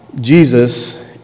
Jesus